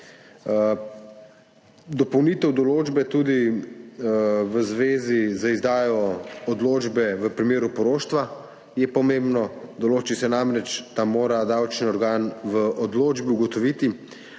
dopolnitev določbe v zvezi z izdajo odločbe v primeru poroštva je pomembna, določi se namreč, da mora davčni organ v odločbi ugotoviti,